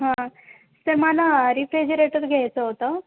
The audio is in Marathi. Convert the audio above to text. हां सर मला रिफ्रेजिरेटर घ्यायचं होतं